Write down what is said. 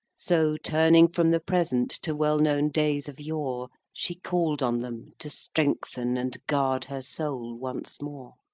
so, turning from the present to well-known days of yore, she call'd on them to strengthen and guard her soul once more.